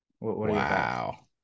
Wow